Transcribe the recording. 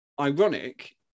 ironic